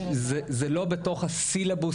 זה לא בתוך הסילבוס,